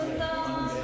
love